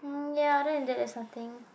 mm ya then that is something